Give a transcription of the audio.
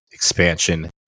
Expansion